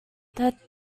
that